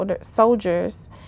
soldiers